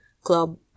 club